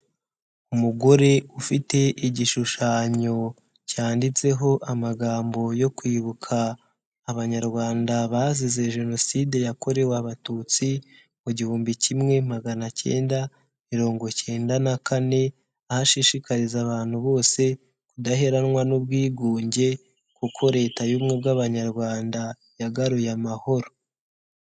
Umugore ufite igishushanyo cyanditseho amagambo yo kwibuka Abanyarwanda bazize Jenoside yakorewe abatutsi mu gihumbi kimwe magana acyenda mirongo cyenda na kane, aho ashishikariza abantu bose kudaheranwa n'ubwigunge kuko Leta y'Ubumwe bw'Abanyarwanda yagaruye amahoro.